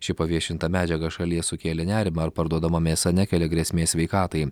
ši paviešinta medžiaga šalyje sukėlė nerimą ar parduodama mėsa nekelia grėsmės sveikatai